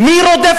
מי רודף